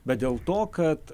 bet dėl to kad